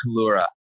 Kalura